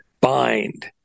bind